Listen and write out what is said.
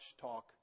talk